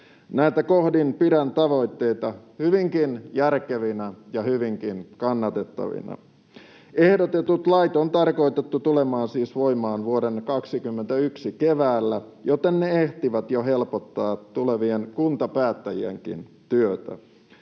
Näiltä kohdin pidän tavoitteita hyvinkin järkevinä ja hyvinkin kannatettavina. Ehdotetut lait on siis tarkoitettu tulemaan voimaan vuoden 21 keväällä, joten ne ehtivät jo helpottaa tulevien kuntapäättäjien työtä.